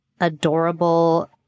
adorable